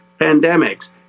pandemics